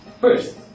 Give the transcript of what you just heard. First